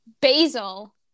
Basil